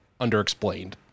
underexplained